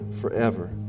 forever